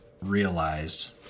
realized